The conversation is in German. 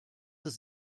das